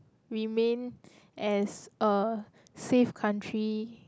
remain as a safe country